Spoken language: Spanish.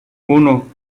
uno